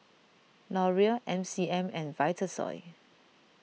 Laurier M C M and Vitasoy